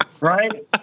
Right